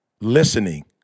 listening